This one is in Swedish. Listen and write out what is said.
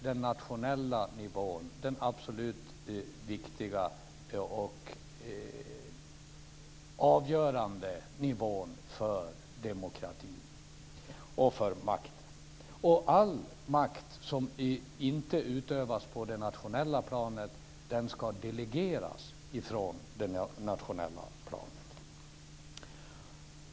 Den nationella nivån är den absolut viktigaste och avgörande nivån för demokratin och för makten. All makt som inte utövas på det nationella planet ska delegeras från det nationella planet.